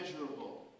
measurable